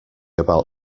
about